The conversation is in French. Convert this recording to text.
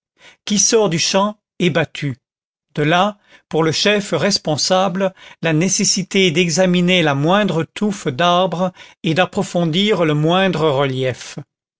qui sort du champ est battu de là pour le chef responsable la nécessité d'examiner la moindre touffe d'arbres et d'approfondir le moindre relief